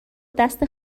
دست